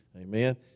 Amen